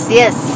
yes